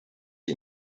die